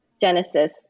Genesis